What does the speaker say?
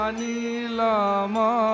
Anilama